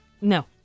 No